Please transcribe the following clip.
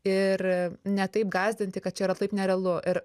ir ne taip gąsdinti kad čia yra taip nerealu ir